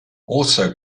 also